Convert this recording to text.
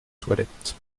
toilette